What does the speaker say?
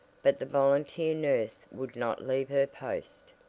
but the volunteer nurse would not leave her post.